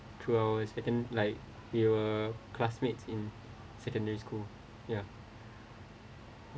two hours second like we were classmates in secondary school ya